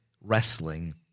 wrestling